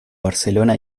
barcelona